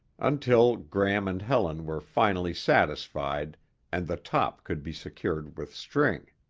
until gram and helen were finally satisfied and the top could be secured with string.